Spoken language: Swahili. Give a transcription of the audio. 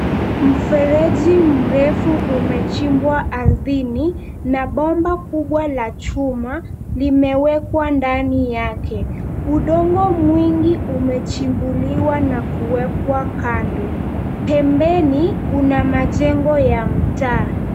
Mfereji mrefu umechimbwa ardhini na bomba kubwa la chuma limewekwa ndani yake, udongo mwingi umechimbuliwa na kuwekwa kando. Pembeni kuna majengo ya mtaa.